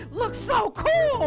look so cool!